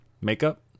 makeup